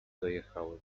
dojechały